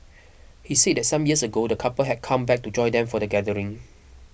he said that some years ago the couple had come back to join them for the gathering